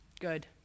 good